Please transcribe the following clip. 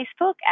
Facebook